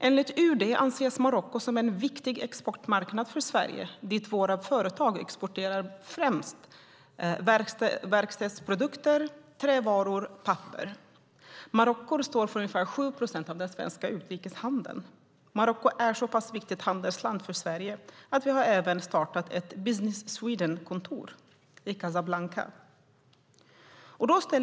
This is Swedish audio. Enligt UD är Marocko en viktig exportmarknad för Sverige dit våra företag exporterar främst verkstadsprodukter, trävaror och papper. Marocko står för ungefär 7 procent av den svenska utrikeshandeln. Marocko är ett så pass viktigt handelsland för Sverige att vi även har startat ett Business Sweden-kontor i Casablanca.